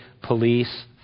police